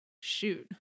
Shoot